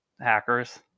hackers